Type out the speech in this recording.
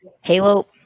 Halo